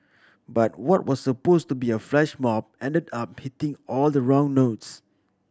but what was supposed to be a flash mob ended up hitting all the wrong notes